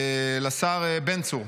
בן צור,